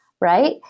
right